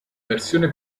versione